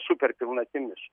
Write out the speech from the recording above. super pilnatimis